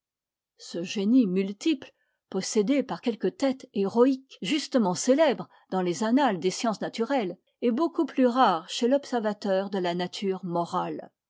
ce génie multiple possédé par quelques têtes héroïques justement célèbres dans les annales des sciences naturelles est beaucoup plus rare chez l'observateur de la nature morale